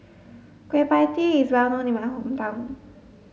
Kueh Pie Tee is well known in my hometown